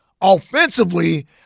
Offensively